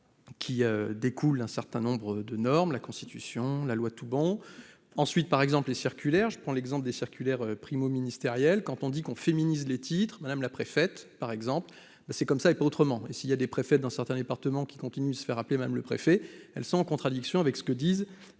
qui découle un certain nombre de normes la constitution : la loi Toubon ensuite par exemple les circulaires, je prends l'exemple des circulaires primo-ministériel quand on dit qu'on féminise les titres Madame la préfète, par exemple, ben c'est comme ça et pas autrement et s'il y a des préfets dans certains départements, qui continue de se faire appeler Madame le préfet, elles sont en contradiction avec ce que disent